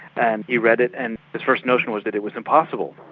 and he read it. and his first notion was that it was impossible.